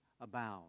abound